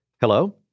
Hello